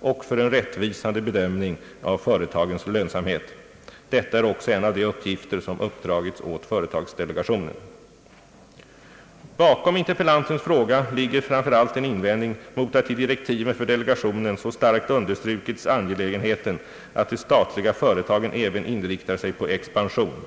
och för en rättvisande bedömning av företagens lönsamhet. Detta är också en av de uppgifter som uppdragits åt företagsdelegationen. Bakom interpellantens fråga ligger framför allt en invändning mot att i direktiven för delegationen så starkt understrukits angelägenheten att de statliga företagen även inriktar sig på expansion.